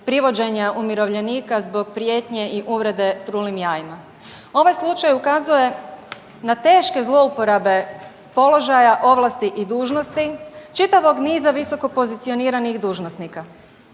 privođenja umirovljenika zbog prijetnje i uvrede trulim jajima. Ovaj slučaj ukazuje na teške zlouporabe položaja, ovlasti i dužnosti čitavog niza visokopozicioniranih dužnosnika